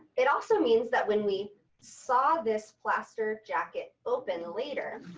it also means that when we saw this plaster jacket open later,